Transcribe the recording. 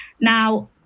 Now